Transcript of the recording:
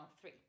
three